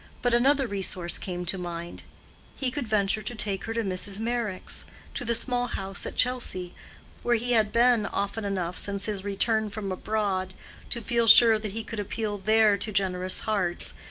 but another resource came to mind he could venture to take her to mrs. meyrick's to the small house at chelsea where he had been often enough since his return from abroad to feel sure that he could appeal there to generous hearts,